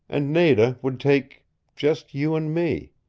and nada would take just you and me.